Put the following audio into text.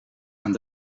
aan